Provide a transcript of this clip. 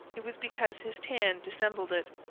it was because his tan dissembled it.